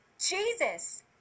Jesus